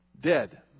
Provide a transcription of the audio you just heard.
dead